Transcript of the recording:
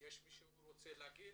יש מישהו שרוצה לדבר?